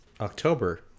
October